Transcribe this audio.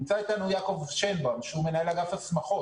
נמצא איתנו יעקב שינבוים שהוא מנהל אגף הסמכות,